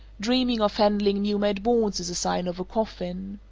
dreaming of handling new-made boards is a sign of a coffin.